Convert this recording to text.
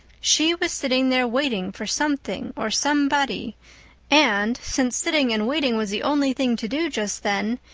she was sitting there waiting for something or somebody and, since sitting and waiting was the only thing to do just then,